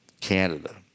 Canada